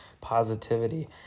positivity